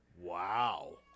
wow